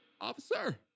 Officer